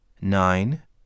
nine